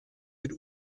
mit